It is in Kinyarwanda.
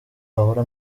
ahora